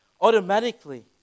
automatically